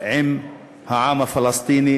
עם העם הפלסטיני.